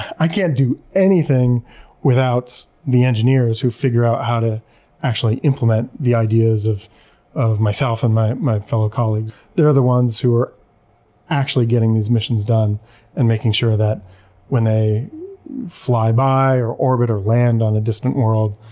i can't do anything without the engineers who figure out how to actually implement the ideas of of myself and my my fellow colleagues. they're the ones who are actually getting these missions done and making sure that when they fly by or orbit or land on a distant world,